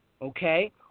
Okay